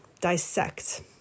dissect